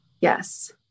Yes